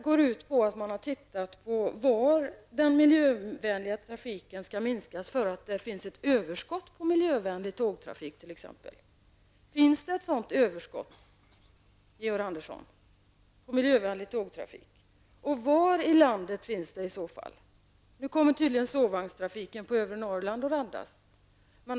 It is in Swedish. Har man studerat var den miljövänliga trafiken skall minskas på grund av att det finns t.ex. ett överskott på miljövänlig tågtrafik? Finns det ett sådant överskott av miljövänlig tågtrafik, Georg Norrland att räddas.